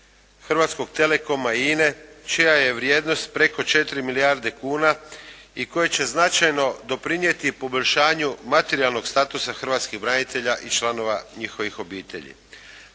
Hrvatskog telekoma i INA-e čija je vrijednost preko 4 milijarde kuna i koje će značajno doprinijeti poboljšanju materijalnog statusa hrvatskih branitelja i članova njihovih obitelji.